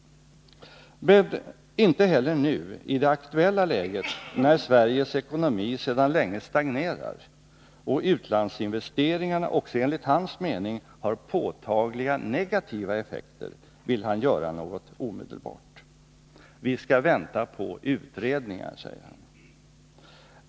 Men inte heller nu, i det aktuella läget när Sveriges ekonomi sedan länge stagnerar och utlandsinvesteringarna också enligt hans mening har påtagliga negativa effekter, vill han göra något omedelbart. Vi skall vänta på utredningar, säger han.